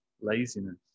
laziness